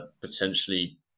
potentially